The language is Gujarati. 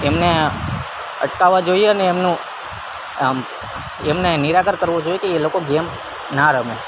એમને અટકાવા જોઈએ અને એમનું આમ એમને નિરાકાર કરવો જોઈ કે એ લોકો ગેમ ના રમે